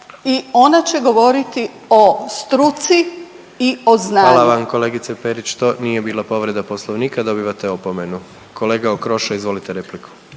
i ona će govoriti o struci i o znanju. **Jandroković, Gordan (HDZ)** Hvala vam kolegice Perić, to nije bila povreda poslovnika i dobivate opomenu. Kolega Okroša izvolite repliku.